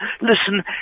listen